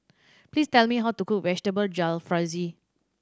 please tell me how to cook Vegetable Jalfrezi